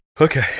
Okay